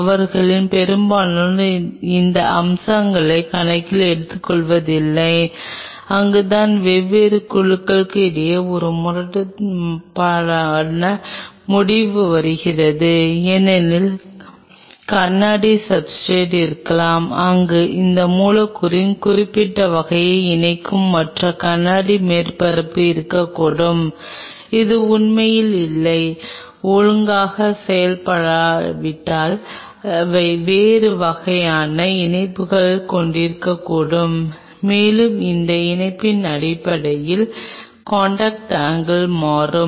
அவர்களில் பெரும்பாலோர் இந்த அம்சங்களை கணக்கில் எடுத்துக்கொள்வதில்லை அங்குதான் வெவ்வேறு குழுக்களுக்கு இடையே ஒரு முரண்பாடான முடிவு வருகிறது ஏனெனில் கண்ணாடி சப்ஸ்ர்டேட் இருக்கலாம் அங்கு இந்த மூலக்கூறுகளின் குறிப்பிட்ட வகையான இணைப்பு மற்ற கண்ணாடி மேற்பரப்பு இருக்கக்கூடும் இது உண்மையில் இல்லை ஒழுங்காக செயலாக்கப்பட்டால் அவை வேறு வகையான இணைப்புகளைக் கொண்டிருக்கக்கூடும் மேலும் அந்த இணைப்பின் அடிப்படையில் காண்டாக்ட் ஆங்கில் மாறும்